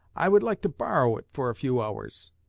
i would like to borrow it for a few hours